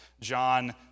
John